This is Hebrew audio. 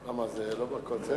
למה, זה לא בקונסנזוס?